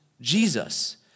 Jesus